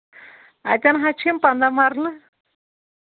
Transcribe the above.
اَتٮ۪ن حظ چھِ یِم پنٛداہ مَرلہٕ